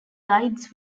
guides